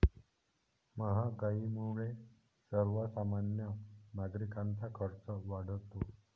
महागाईमुळे सर्वसामान्य नागरिकांचा खर्च वाढतो